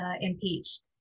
impeached